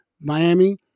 Miami